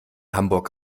hamburg